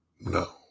No